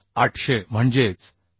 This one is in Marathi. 800 म्हणजेच पी